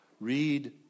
Read